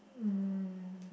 um